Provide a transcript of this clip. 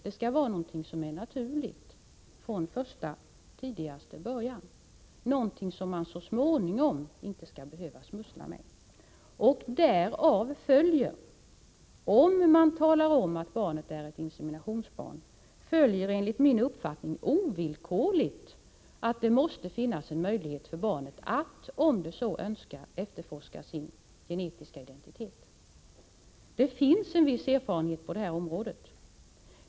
Det skall vara någonting som är naturligt från första början, någonting som man inte så småningom skall behöva smussla med. Om man talar om att barnet är ett inseminationsbarn följer enligt min uppfattning ovillkorligt att det måste finnas en möjlighet för barnet att, om det så önskar, efterforska sin genetiska identitet. Det finns en viss erfarenhet på detta område.